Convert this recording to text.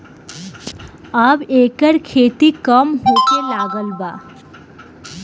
अब एकर खेती कम होखे लागल बा